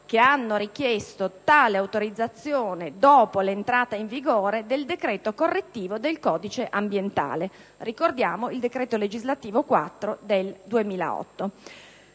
che hanno richiesto tale autorizzazione dopo l'entrata in vigore del decreto correttivo del codice ambientale, ossia il decreto legislativo n. 4 del 2008.